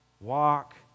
walk